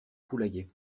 poulailler